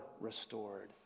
restored